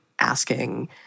asking